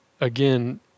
again